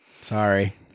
Sorry